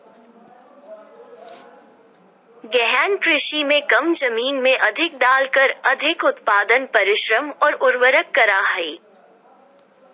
गहन कृषि में कम जमीन में अधिक परिश्रम और उर्वरक डालकर अधिक उत्पादन करा हइ